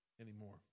anymore